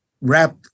wrap